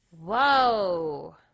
Whoa